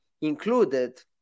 included